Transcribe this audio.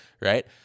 right